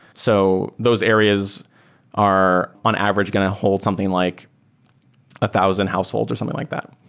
so those areas are on average going to hold something like a thousand households or something like that.